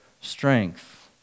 strength